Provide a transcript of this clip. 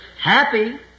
happy